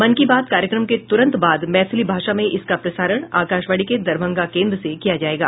मन की बात कार्यक्रम के तुरंत बाद मैथिली भाषा में इसका प्रसारण आकाशवाणी के दरभंगा केन्द्र से किया जायेगा